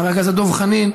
חבר הכנסת דב חנין,